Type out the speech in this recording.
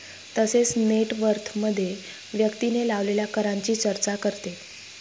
तसेच नेट वर्थमध्ये व्यक्तीने लावलेल्या करांची चर्चा करते